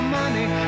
money